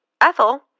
Ethel